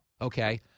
Okay